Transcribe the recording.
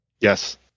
yes